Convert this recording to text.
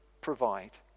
provide